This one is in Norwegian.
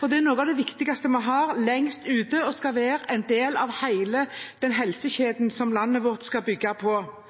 for de er noe av det viktigste vi har der ute, og som skal være en del av hele den helsekjeden som landet vårt skal bygge på.